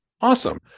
Awesome